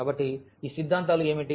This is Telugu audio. కాబట్టి ఈ సిద్ధాంతాలు ఏమిటి